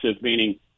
meaning